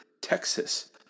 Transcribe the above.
Texas